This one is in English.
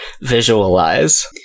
visualize